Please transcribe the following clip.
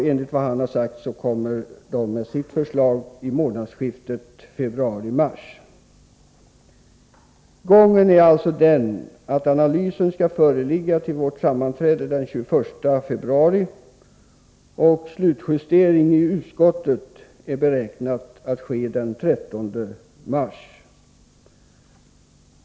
Enligt vad han har sagt kommer utredningen att lägga fram sitt förslag i månadsskiftet februari-mars. Gången är alltså att analysen skall föreligga till vårt sammanträde den 21 februari, och slutjustering i utskottet är beräknad att ske den 13 mars.